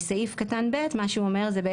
וסעיף קטן ב' מה שהוא אומר זה,